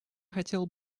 хотел